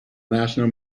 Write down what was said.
national